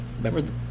remember